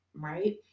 right